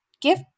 give